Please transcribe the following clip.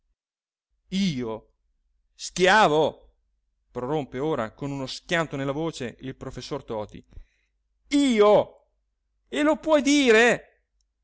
io schiavo prorompe ora con uno schianto nella voce il professor toti io e lo puoi dire